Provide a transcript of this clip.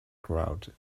crowd